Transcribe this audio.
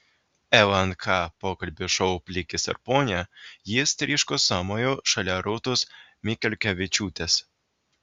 lnk pokalbių šou plikis ir ponia jis tryško sąmoju šalia rūtos mikelkevičiūtės